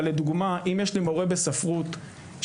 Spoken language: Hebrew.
אבל לדוגמה: אם יש לי מורה בספרות שחזק